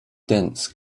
dense